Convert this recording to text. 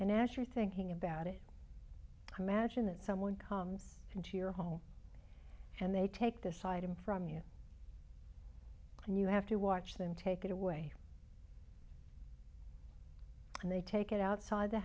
you thinking about it imagine that someone comes into your home and they take this item from you and you have to watch them take it away and they take it outside the